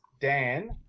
Dan